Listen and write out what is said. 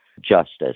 justice